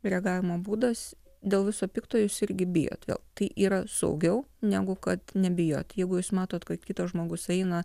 reagavimo būdas dėl viso pikto jūs irgi bijot vėl tai yra saugiau negu kad nebijoti jeigu jūs matot kad kitas žmogus eina